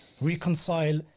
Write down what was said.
reconcile